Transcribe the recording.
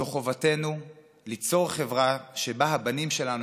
זו חובתנו ליצור חברה שבה הבנים שלנו